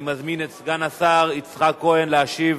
אני מזמין את סגן השר יצחק כהן להשיב